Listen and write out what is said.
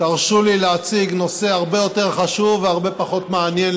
תרשו לי להציג נושא הרבה יותר חשוב והרבה פחות מעניין,